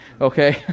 okay